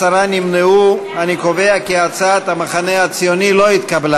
אני קובע כי הצעת המחנה הציוני לא התקבלה.